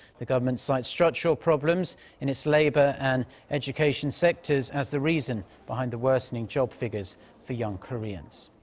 the government cites structural problems in its labor and education sectors as the reason behind the worsening job figures for young koreans.